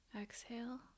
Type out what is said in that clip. exhale